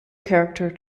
character